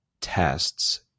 tests